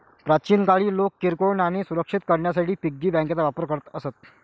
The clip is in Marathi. प्राचीन काळी लोक किरकोळ नाणी सुरक्षित करण्यासाठी पिगी बँकांचा वापर करत असत